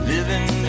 Living